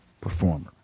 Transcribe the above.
performer